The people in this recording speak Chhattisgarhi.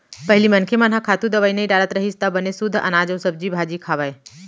पहिली मनखे मन ह खातू, दवई नइ डारत रहिस त बने सुद्ध अनाज अउ सब्जी भाजी खावय